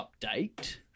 update